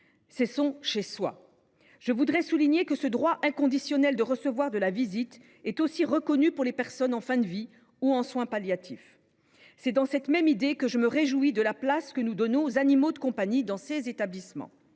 vie, son chez soi. Je souligne que ce droit inconditionnel de recevoir de la visite est aussi reconnu pour les personnes en fin de vie ou en soins palliatifs. C’est dans le même esprit que je me réjouis de la place que nous donnons aux animaux de compagnie dans ces établissements.